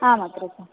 आम् अग्रज